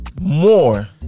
more